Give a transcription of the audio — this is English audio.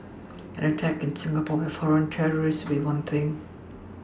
an attack in Singapore by foreign terrorists would be one thing